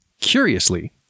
Curiously